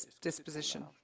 disposition